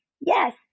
Yes